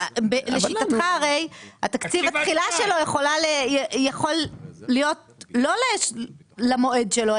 לשיטתך הרי תקציב התחילה שלו יכול להיות לא למועד שלו,